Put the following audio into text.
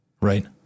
Right